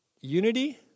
unity